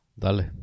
Dale